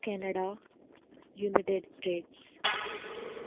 Canada United States